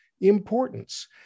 importance